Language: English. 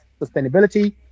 sustainability